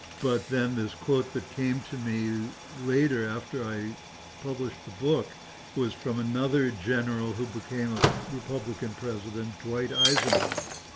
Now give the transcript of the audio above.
but then this quote that came to me later, after i published the book was from another general who became a republican president dwight eisenhower.